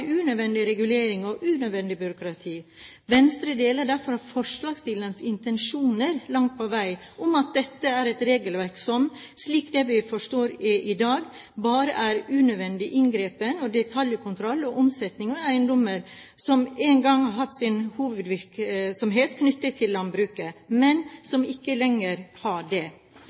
unødvendig regulering og unødvendig byråkrati. Venstre deler derfor forslagsstillernes intensjoner langt på vei om at dette er et regelverk som – slik det framstår i dag – bare er unødvendig inngripen og detaljkontroll av omsetninger av eiendommer som en gang har hatt sin hovedvirksomhet knyttet til landbruket, men som ikke lenger har det.